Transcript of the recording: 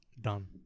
done